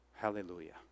Hallelujah